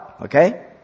Okay